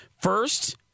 First